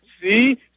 see